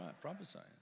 prophesying